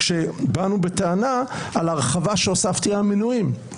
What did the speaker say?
כשבאנו בטענה על הרחבה שהוספת על המינויים.